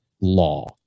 law